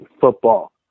football